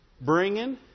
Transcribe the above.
Bringing